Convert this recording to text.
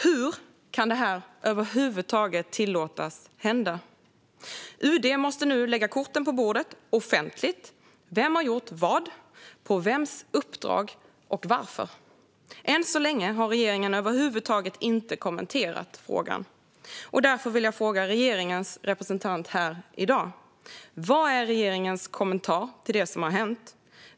Hur kan detta över huvud taget tillåtas hända? UD måste nu lägga korten på bordet offentligt. Vem har gjort vad, på vems uppdrag och varför? Än så länge har regeringen över huvud taget inte kommenterat frågan. Därför vill jag fråga regeringens representant här i dag: Vad är regeringens kommentar till det som har hänt?